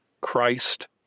Christ